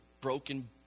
broken